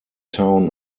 town